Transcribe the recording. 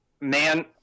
man